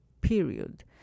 period